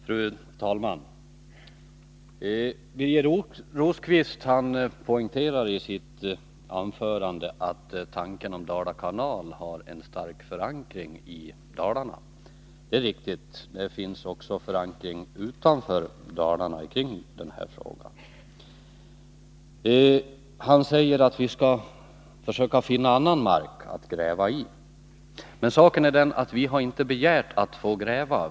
Fru talman! Birger Rosqvist poängterade i sitt anförande att tanken på Dala kanal har en stark förankring i Dalarna. Det är riktigt. Den har också förankring utanför Dalarna. Birger Rosqvist sade att vi skall försöka finna annan mark att gräva i. Men saken är den att vi inte har begärt att få gräva.